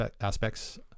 aspects